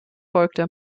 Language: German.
folgte